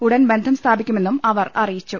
ഉടൻ ബന്ധം സ്ഥാപി ക്കുമെന്നും അവർ അറിയിച്ചു